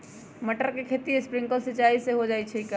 मटर के खेती स्प्रिंकलर सिंचाई से हो जाई का?